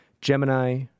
Gemini